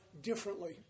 differently